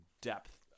depth